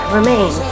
Remain